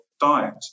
diet